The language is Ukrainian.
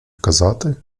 казати